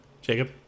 jacob